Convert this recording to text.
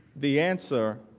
the answer